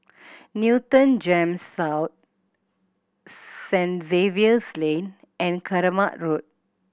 Newton GEMS South Saint Xavier's Lane and Kramat Road